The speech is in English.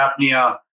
apnea